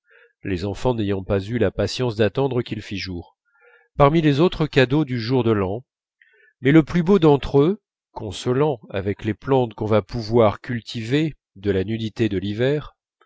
les enfants n'ayant pas eu la patience d'attendre qu'il fît jour parmi les autres cadeaux du jour de l'an mais le plus beau d'entre eux consolant avec les plantes qu'on va pouvoir cultiver de la nudité de l'hiver